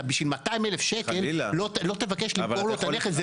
בשביל 200 אלף שקל לא תבקש למכור לו את הנכס.